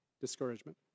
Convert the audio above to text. discouragement